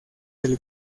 del